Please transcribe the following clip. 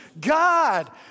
God